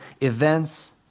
events